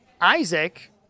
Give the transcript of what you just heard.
Isaac